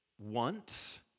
want